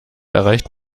erreicht